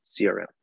CRM